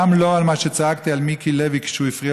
גם לא על מה שצעקתי על מיקי לוי כשהוא הפריע